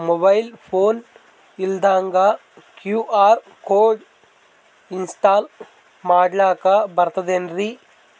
Mobile phone ಇಲ್ದಂಗ QR code install ಮಾಡ್ಲಕ ಬರ್ತದೇನ್ರಿ?